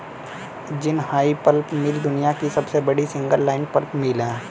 Jinhai pulp mill दुनिया की सबसे बड़ी सिंगल लाइन पल्प मिल है